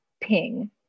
ping